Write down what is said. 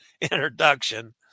introduction